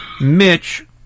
Mitch